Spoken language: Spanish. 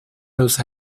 los